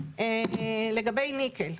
לגבי ניקל: